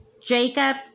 Jacob